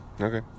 okay